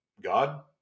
God